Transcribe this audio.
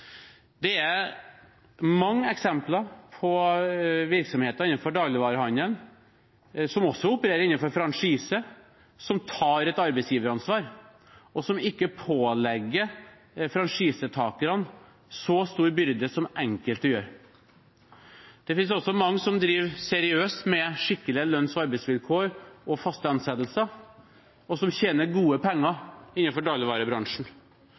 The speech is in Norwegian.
Det er mange eksempler på virksomheter innenfor dagligvarehandelen som opererer innenfor franchise, som tar et arbeidsgiveransvar, og som ikke pålegger franchisetakerne så stor byrde som enkelte gjør. Det finnes også mange som driver seriøst med skikkelige lønns- og arbeidsvilkår og faste ansettelser, og som tjener gode penger innenfor dagligvarebransjen.